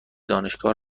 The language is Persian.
دانشگاه